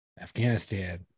Afghanistan